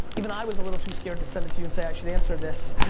even i was a little too scared to send it to you and say i should answer this.